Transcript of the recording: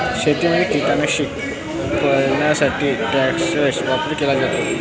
शेतीमध्ये कीटकनाशक फवारणीसाठी ट्रॅक्टरचा वापर केला जातो